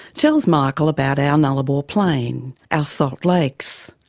tells michael about our nullarbor plain, our salt lakes,